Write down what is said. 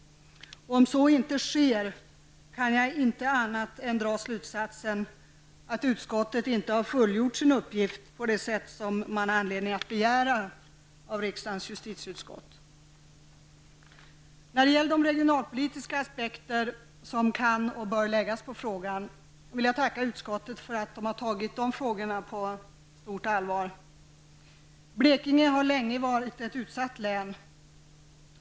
Om så inte sker kan jag inte dra någon annan slutsats än att utskottet inte har fullgjort sin uppgift på det sätt som man kan begära av riksdagens justitieutskott. När det gäller de regionalpolitiska aspekter som kan och bör läggas på frågan, vill jag tacka utskottet för att ha tagit de frågorna på stort allvar. Blekinge har länge varit ett utsatt län.